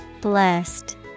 Blessed